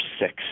six